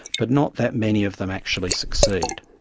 but not that many of them actually succeed.